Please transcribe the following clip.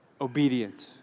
Obedience